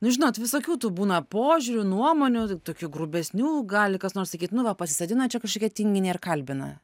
nu žinot visokių tų būna požiūrių nuomonių tokių grubesnių gali kas nors sakyt nu va pasisodino čia kažkokią tinginę ir kalbina